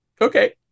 okay